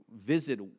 visit